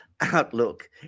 outlook